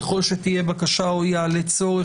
ככל שתהיה בקשה או יעלה צורך,